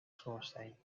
schoorsteen